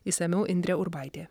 išsamiau indrė urbaitė